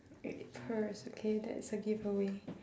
it purrs okay that is a giveaway